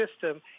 system